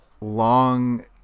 long